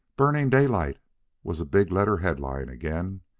burning daylight was a big-letter headline again.